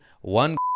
One